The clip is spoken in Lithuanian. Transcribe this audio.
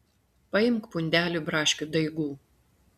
paimk pundelį braškių daigų